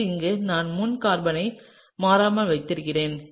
எனவே இங்கே நான் முன் கார்பனை மாறாமல் வைத்திருக்கிறேன்